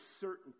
certainty